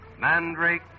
Mandrake